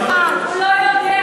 יודע.